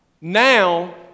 now